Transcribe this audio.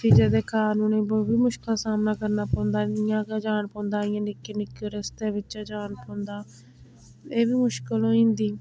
फ्ही जेह्दे कारण उनेंगी बौह्त मुश्कलां दा सामना करना पौंदा इयां गै जान पौंदा इयां निक्के निक्के रस्ते बिच्चें जान पौंदा एह् बी मुश्कल होई जंदी